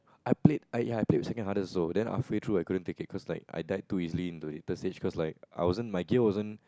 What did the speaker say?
I played ya I played with second hardest also then halfway through I couldn't take it cause like I died too easily in the later stage cause like I wasn't my game wasn't